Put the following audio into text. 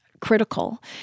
critical